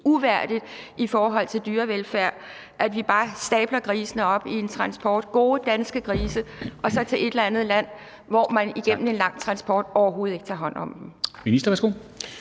uværdigt i forhold til dyrevelfærd, at vi bare stabler gode danske grise op i en transport og sender dem til et eller andet land, hvor man igennem en lang transport overhovedet ikke tager hånd om dem.